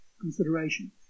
consideration